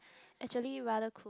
actually rather cool